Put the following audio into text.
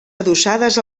adossades